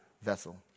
vessel